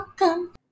Welcome